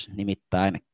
nimittäin